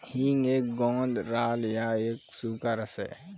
हींग एक गोंद राल या एक सूखा रस है